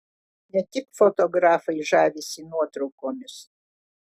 ne tik fotografai žavisi nuotraukomis